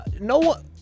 No